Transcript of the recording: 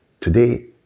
Today